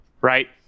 right